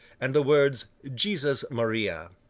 and the words jesus maria.